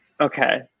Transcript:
okay